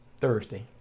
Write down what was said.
Thursday